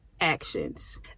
actions